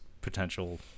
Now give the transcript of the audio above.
potential